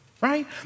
right